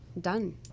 done